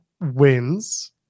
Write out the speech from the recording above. wins